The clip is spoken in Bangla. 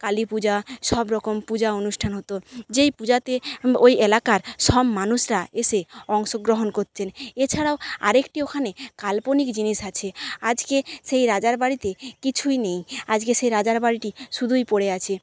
কালী পূজা সব রকম পূজা অনুষ্ঠান হতো যেই পূজাতে ওই এলাকার সব মানুষরা এসে অংশগ্রহণ করছেন এছাড়াও আরেকটি ওখানে কাল্পনিক জিনিস আছে আজকে সেই রাজার বাড়িতে কিছুই নেই আজকে সেই রাজার বাড়িটি শুধুই পড়ে আছে